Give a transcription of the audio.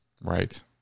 Right